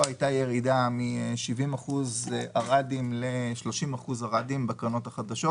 הייתה ירידה מ-70% ערדים ל-30% ערדים בקרנות החדשות.